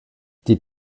die